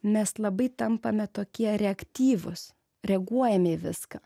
mes labai tampame tokie reaktyvūs reaguojame į viską